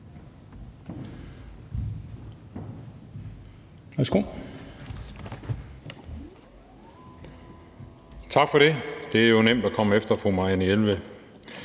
Tak for det. Det er jo nemt at komme efter fru Marianne